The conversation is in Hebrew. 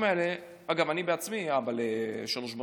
אגב, אני עצמי אבא לשלוש בנות.